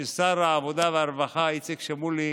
ששר העבודה והרווחה איציק שמולי